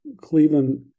Cleveland